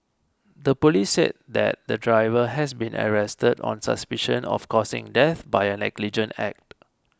the police said that the driver has been arrested on suspicion of causing death by a negligent act